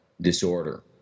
disorder